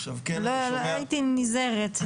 עכשיו --- הייתי נזהרת,